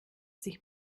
sich